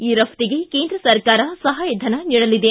ಈ ರಫ್ಟಿಗೆ ಕೇಂದ್ರ ಸರ್ಕಾರ ಸಹಾಯಧನ ನೀಡಲಿದೆ